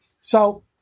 So-